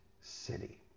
city